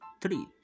three